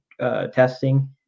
testing